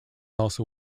also